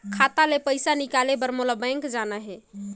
खाता ले पइसा निकाले बर मोला बैंक जाना हे?